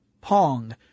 Pong